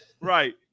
Right